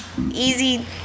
easy